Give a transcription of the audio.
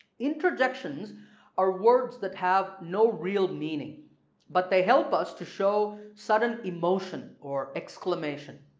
interjections are words that have no real meaning but they help us to show sudden emotion or exclamation.